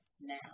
now